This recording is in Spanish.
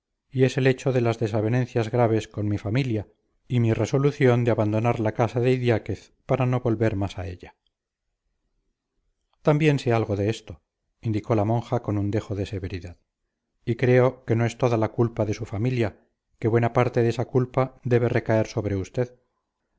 y es el hecho de las desavenencias graves con mi familia y mi resolución de abandonar la casa de idiáquez para no volver más a ella también sé algo de esto indicó la monja con un dejo de severidad y creo que no es toda la culpa de su familia que buena parte de esa culpa debe recaer sobre usted